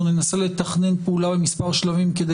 או ננסה לתכנן פעולה במספר שלבים כדי